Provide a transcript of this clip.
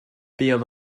buom